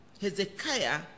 Hezekiah